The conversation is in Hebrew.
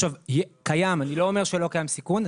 עכשיו, קיים, אני לא אומר שלא קיים סיכון.